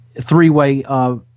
three-way